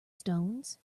stones